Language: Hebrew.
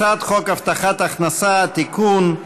הצעת חוק הבטחת הכנסה (תיקון,